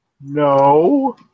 No